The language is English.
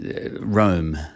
Rome